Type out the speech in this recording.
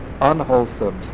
unwholesome